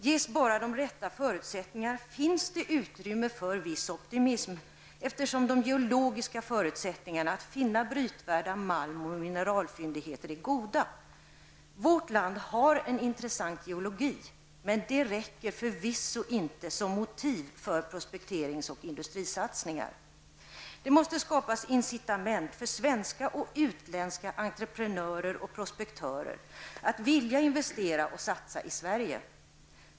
Ges bara de rätta förutsättningarna finns det utrymme för viss optimism, eftersom de geologiska förutsättningarna att finna brytvärda malm och mineralfyndigheter är goda. Vårt land har en intressant geologi, men det räcker förvisso inte som motiv för prospekterings och industrisatsningar. Det måste skapas incitament för svenska och utländska entreprenörer och prospektörer att investera och satsa i Sverige.